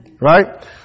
Right